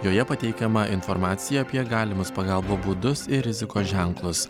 joje pateikiama informacija apie galimus pagalbos būdus ir rizikos ženklus